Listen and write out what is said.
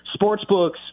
sportsbooks